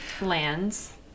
lands